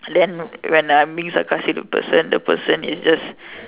then when I being sarcastic the person the person is just